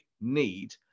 need